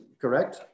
correct